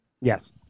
Yes